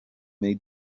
they